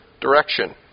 direction